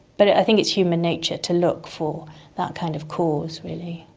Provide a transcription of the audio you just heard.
but i think it's human nature to look for that kind of cause really.